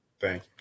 Thank